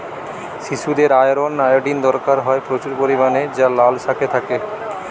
শিশুদের iron, iodine দরকার হয় প্রচুর পরিমাণে যা লাল শাকে থাকে